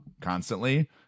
constantly